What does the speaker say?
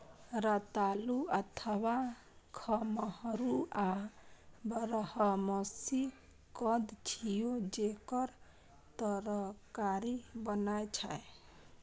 रतालू अथवा खम्हरुआ बारहमासी कंद छियै, जेकर तरकारी बनै छै